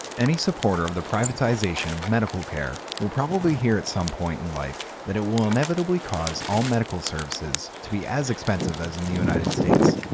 any supporter of the privatization of medical care will probably hear at some point in life that it will inevitably cause all medical services to be as expensive as in the united states.